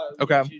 Okay